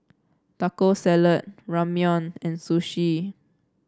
Taco Salad Ramyeon and Sushi